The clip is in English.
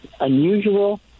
unusual